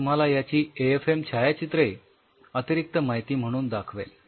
मी तुम्हाला याची एएफएम छायाचित्रे अतिरिक्त माहिती म्हणून दाखवेल